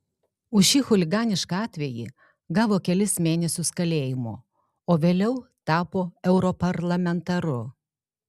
už šį chuliganišką atvejį gavo kelis mėnesius kalėjimo o vėliau tapo europarlamentaru